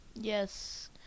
Yes